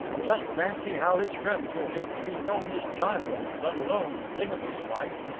just fancy how his friends will hate to be known as jonathans, let alone thingamy's wife.